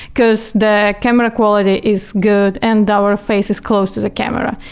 because the camera quality is good and our face is close to the camera.